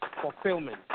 fulfillment